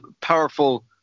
powerful